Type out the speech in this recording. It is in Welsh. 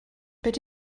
beth